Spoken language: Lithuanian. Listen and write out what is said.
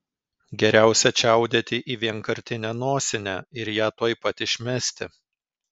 geriausia čiaudėti į vienkartinę nosinę ir ją tuoj pat išmesti